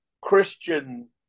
Christian